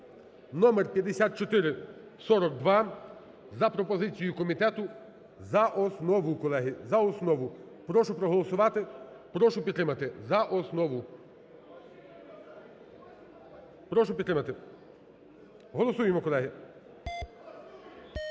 (номер 5442) за пропозицією комітету за основу, колеги, за основу. Прошу проголосувати, прошу підтримати за основу. Прошу підтримати. Голосуємо, колеги. 17:13:27